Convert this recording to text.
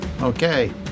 Okay